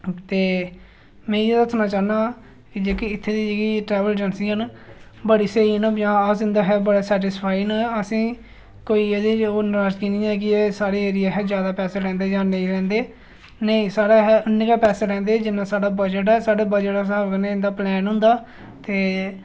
ते में एह् दस्सना चाह्न्नां कि इत्थै दी जेह्की ट्रैवल एजेंसियां न बड़ी स्हेई न ते अस इं'दे कशा बी सैटीसफाई न ते कोई एह्दे च नराज़गी निं ऐ की एह् साढ़े एरिया कशा जैदा पैसे लैंदे जां नेईं लैंदे नेईं इन्ने गै पैसे लैंदे जि्न्ना साढ़ा बजट ऐ ते बजट दे स्हाब कन्नै इं'दा प्लान होंदा ते